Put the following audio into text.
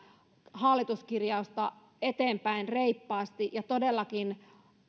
hallituskirjausta eteenpäin reippaasti ja todellakin